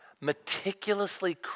meticulously